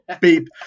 beep